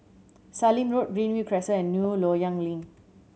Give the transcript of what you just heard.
Sallim Road Greenview Crescent and New Loyang Link